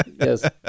yes